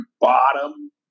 bottom